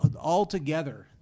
altogether